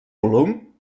volum